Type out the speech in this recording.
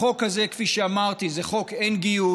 החוק הזה, כפי שאמרתי, זה חוק אין-גיוס.